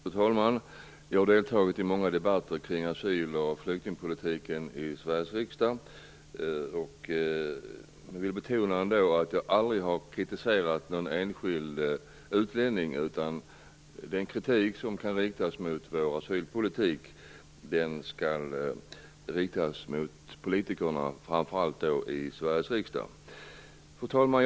Fru talman! Jag har deltagit i många debatter kring asyl och flyktingpolitiken i Sveriges riksdag. Jag vill betona att jag aldrig har kritiserat någon enskild utlänning. Den kritik som kan riktas mot vår asylpolitik, skall riktas mot politikerna - framför allt i Sveriges riksdag. Fru talman!